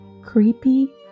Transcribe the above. Creepy